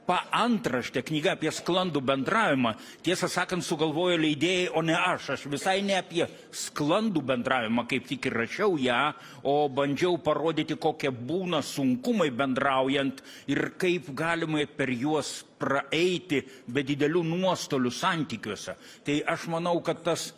paantraštė knyga apie sklandų bendravimą tiesą sakant sugalvojo leidėjai o ne aš aš visai ne apie sklandų bendravimą kaip tik ir rašiau ją o bandžiau parodyti kokie būna sunkumai bendraujant ir kaip galimai per juos praeiti be didelių nuostolių santykiuose tai aš manau kad tas